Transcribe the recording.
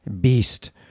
Beast